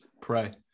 pray